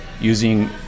using